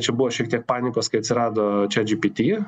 čia buvo šiek tiek panikos kai atsirado chatgpt